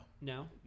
no